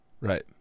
Right